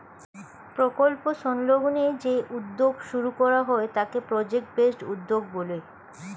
প্রকল্প সংলগ্ন যে উদ্যোগ শুরু করা হয় তাকে প্রজেক্ট বেসড উদ্যোগ বলে